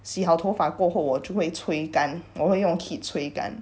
洗好头发过后我就会吹干我会用 heat 吹干